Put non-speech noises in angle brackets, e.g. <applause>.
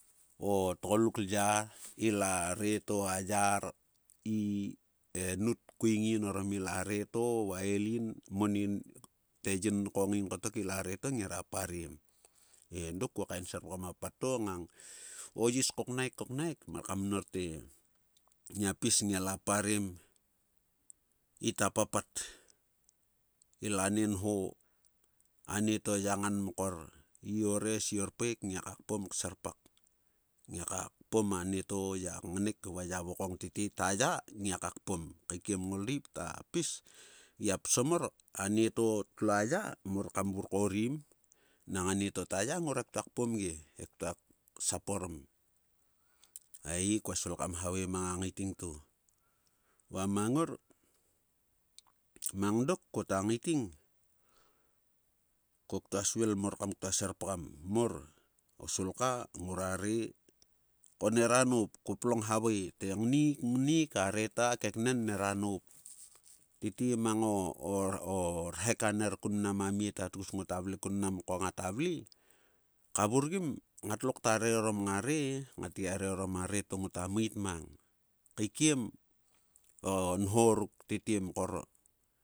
O tgoluk lya. ila reto ayar <hesitation> e nut tkuing in orom ilare to va elin monin te yin nkong in kotok. ilare to ngera parem. E dok ko kaen serpgam a pat to ngang o yis kokmaik koknaek mar kam mnor te. ngia pis ngiala parem ita papat. ila ne nho. anieto ya ngan mkor i orees iorpaek. ngiaka kpom serpak ngiaka kpom anieto ya ngnek va ya vokong tete ta ya ngiaka kpom. Kaikiem ngoldeip ta pis. gia psom mot. anieto tlua ya mor kai vur korim nang anieto ta ya ngora ktua kpom ge. ektua sap orom. E-ii-kua svil kam havae manga ngaiting. ko ktua svil mor kam ktua serpgam mor o sulka ngora re ko nera noup. Ko plang havae te ngniik ngniik a reta. a keknen noup. Tete mang o <hesitation> rhek aner kun mnam a mie ta tgus ngota vle kun mnan ko ngata vle. kavurgim ngat lo kta re orom ngare-ngat gia re orom a reto ngota mait mang. Kaikiem o nho ruk tete mkor.